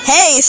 Hey